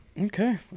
Okay